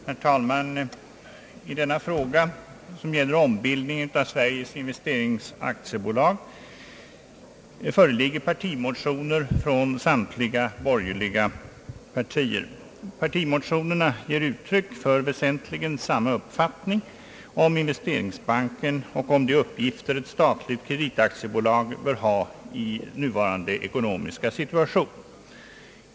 Herr talman! I denna fråga, som gäller ombildning av Sveriges investeringsbank AB, föreligger partimotioner från samtliga borgerliga partier. Motionerna ger uttryck för väsentligen samma uppfattning om investeringsbanken och om de uppgifter ett statligt kreditaktiebolag bör ha i nuvarande ekonomiska situation.